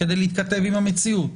כדי להתכתב עם המציאות.